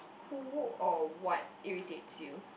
who or what irritates you